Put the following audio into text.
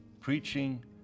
preaching